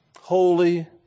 holy